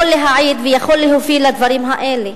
זה יכול להעיד ויכול להוביל לדברים האלה: